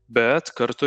bet kartu